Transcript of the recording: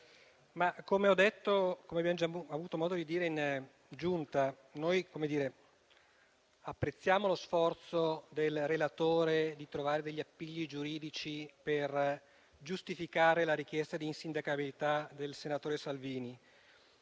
come ho detto e come abbiamo avuto modo di dire in Giunta, apprezziamo lo sforzo del relatore di trovare degli appigli giuridici per giustificare la richiesta di insindacabilità del senatore Salvini.